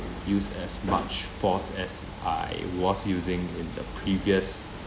use as much force as I was using in the previous